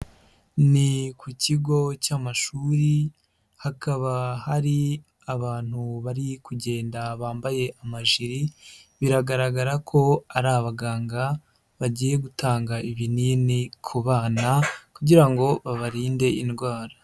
Ni ku kigo cy'amashuri hakaba hari abantu bari kugenda bambaye amajiri, biragaragara ko ari abaganga bagiye gutanga ibinini ku bana kugira ngo babarinde indwara.